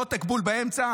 מותק בול באמצע,